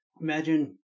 Imagine